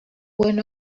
went